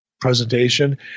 presentation